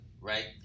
Right